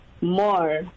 more